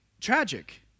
tragic